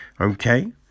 Okay